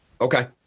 Okay